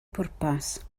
pwrpas